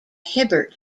hibbert